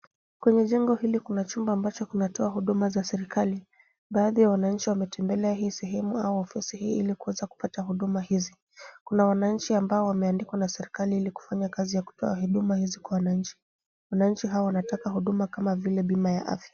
Kwenye jengo hili kuna chumba ambacho kinatoa huduma za serikali. Baadhi ya wananchi wametembelea hii sehemu au ofisi hii ili kuweza kupata huduma hizi. Kuna wananchi ambao wameandikwa na serekali ili kufanya kazi ya kutoa huduma hizi kwa wananchi. Wananchi hawa wanataka huduma kama vile bima ya afya.